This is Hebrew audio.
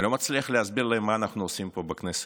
אני לא מצליח להסביר להן מה אנחנו עושים פה בכנסת.